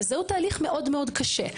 זהו תהליך מאוד קשה.